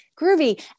groovy